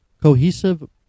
cohesive